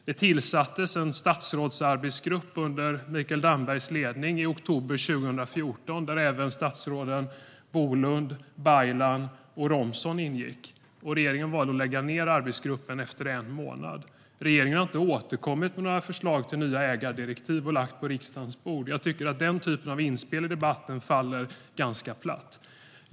Det tillsattes en statsrådsarbetsgrupp under Mikael Dambergs ledning i oktober 2014, där även statsråden Bolund, Baylan och Romson ingick. Regeringen valde att lägga ned arbetsgruppen efter en månad. Regeringen har inte återkommit och lagt några förslag till nya ägardirektiv på riksdagens bord. Jag tycker att den typen av inspel i debatten faller ganska platt.